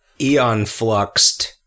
eon-fluxed